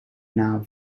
naam